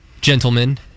gentlemen